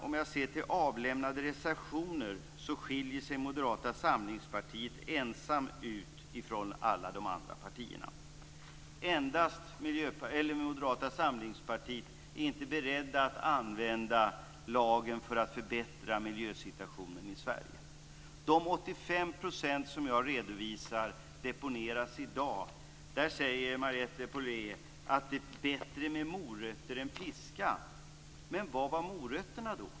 Om jag ser till avlämnade reservationer, skiljer sig Moderata samlingspartiet ensamt ut från alla de andra partierna. Endast Moderata samlingspartiet är inte berett att använda lagen för att förbättra miljösituationen i Sverige. För de 85 % som jag har redovisat deponeras i dag, säger Marietta de Pourbaix-Lundin att det är bättre med morötter än piska. Men vad var morötterna?